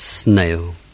Snail